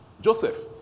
Joseph